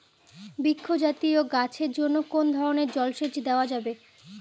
বৃক্ষ জাতীয় গাছের জন্য কোন ধরণের জল সেচ দেওয়া যাবে?